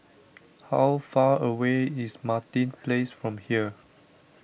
how far away is Martin Place from here